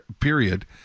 period